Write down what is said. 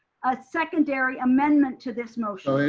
a secondary amendment to this motion?